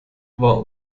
war